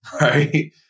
right